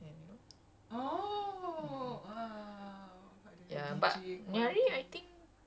but this guy ah macam kau just dengar just like ya macam cool like night setting you know